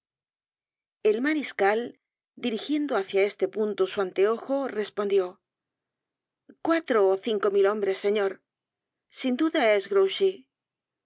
el mariscal dirigiendo hácia este punto su anteojo respondió cuatro ó cinco mil hombres señor sin duda es grouchy sin